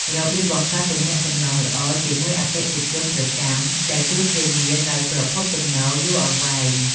របៀបបង្កើតទំនាក់ទំនងល្អជាមួយអតិថិជនប្រចាំដែលជួយធានានូវប្រភពចំណូលយូរអង្វែង។